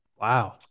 Wow